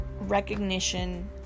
recognition